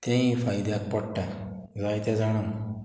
तेंय फायद्याक पडटा जायते जाणां